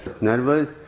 Nervous